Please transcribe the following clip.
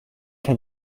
can